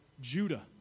Judah